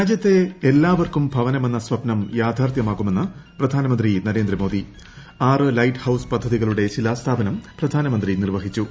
രാജ്യത്തെ എല്ലാവർക്കും ഭവനമെന്ന സ്വപ്നം യാഥാർത്ഥ്യമാക്കുമെന്ന് പ്രധാനമന്ത്രി നരേന്ദ്രമോദി ആറ് ലൈറ്റ്ഹൌസ് പദ്ധതികളുടെ ശിലാസ്ഥാപനം പ്രധാനമന്ത്രി നിർവ്വഹിച്ചു